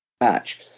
match